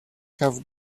have